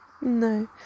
No